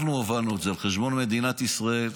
אנחנו הובלנו את זה, על חשבון מדינת ישראל,